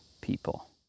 people